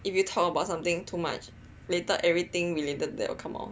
if you talk about something too much later everything related to that will come out